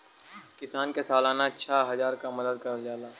किसान के सालाना छः हजार क मदद करल जाला